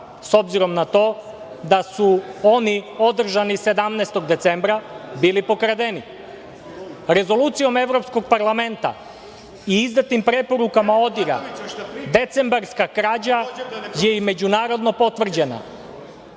s obzirom na to da su oni održani 17. decembra bili pokradeni. Rezolucijom Evropskog parlamenta i izdatim preporukama ODIHR-a decembarska krađa je i međunarodno potvrđena.